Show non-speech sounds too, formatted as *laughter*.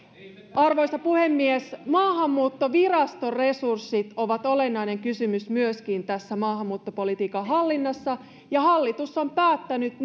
arvoisa puhemies maahanmuuttoviraston resurssit ovat olennainen kysymys myöskin tässä maahanmuuttopolitiikan hallinnassa ja hallitus on päättänyt *unintelligible*